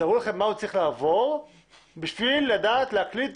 תארו לכם מה הוא צריך לעבור כדי לדעת להקליט.